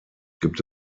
gibt